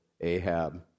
Ahab